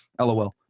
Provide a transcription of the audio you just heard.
lol